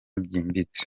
byimbitse